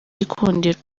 gikundiro